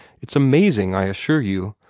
it's amazing, i assure you.